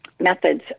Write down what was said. methods